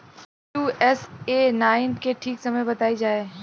Pusa nine के ठीक समय बताई जाई?